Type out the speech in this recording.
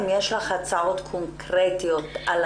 אם יש לך הצעות קונקרטיות על המצב הזה.